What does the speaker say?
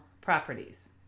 properties